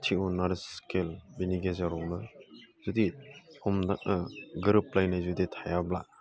tune आरो scale बिनि गेजेरावनो जुदि सम गोरोबलायनाय जुदि थायाब्ला